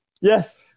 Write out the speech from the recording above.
Yes